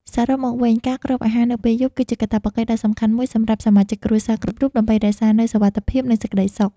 សរុបមកវិញ ការគ្របអាហារនៅពេលយប់ គឺជាកាតព្វកិច្ចដ៏សំខាន់មួយសម្រាប់សមាជិកគ្រួសារគ្រប់រូបដើម្បីរក្សានូវសុវត្ថិភាព និងសេចក្តីសុខ។